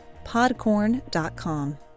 podcorn.com